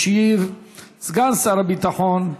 ישיב סגן שר הביטחון,